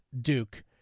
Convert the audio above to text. Duke